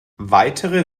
weitere